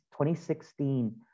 2016